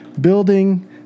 building